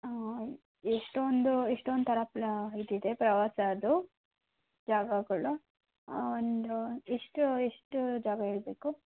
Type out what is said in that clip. ಹಾಂ ಎಷ್ಟೊಂದು ಎಷ್ಟೊಂತರ ಪ್ಲ ಇದು ಇದೆ ಪ್ರವಾಸದ್ದು ಜಾಗಗಳು ಒಂದು ಎಷ್ಟು ಎಷ್ಟು ಜಾಗ ಇರಬೇಕು